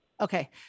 Okay